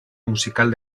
musical